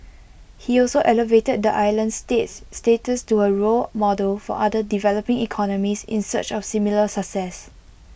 he also elevated the island state's status to A role model for other developing economies in search of similar success